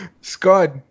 Scott